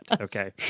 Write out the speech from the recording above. Okay